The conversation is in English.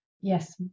yes